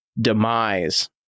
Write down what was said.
demise